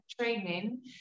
training